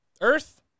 earth